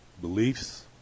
beliefs